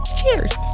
Cheers